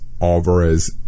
Alvarez